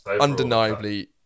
undeniably